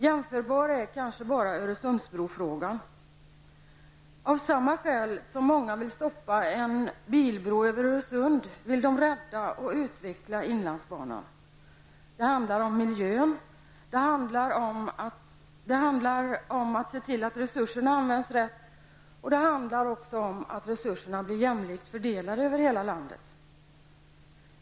Jämförbar är kanske bara Öresundsbrofrågan. Av samma skäl som många vill stoppa en bilbro över Öresund vill de rädda och utveckla inlandsbanan. Det handlar om miljön, det handlar om att se till att resurserna används rätt, och det handlar om att de blir jämlikt fördelade över hela landet.